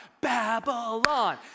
Babylon